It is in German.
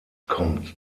kommt